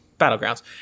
battlegrounds